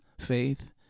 faith